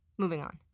moving on.